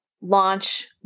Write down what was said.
launch